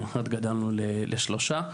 מאחד גדלנו לשלושה.